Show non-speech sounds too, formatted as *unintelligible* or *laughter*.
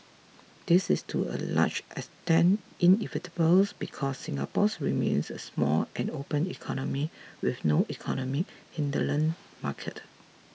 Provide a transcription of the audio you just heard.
this is to a large extent inevitable *unintelligible* because Singapore's remains a small and open economy with no economic hinterland market